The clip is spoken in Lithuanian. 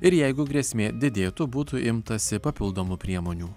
ir jeigu grėsmė didėtų būtų imtasi papildomų priemonių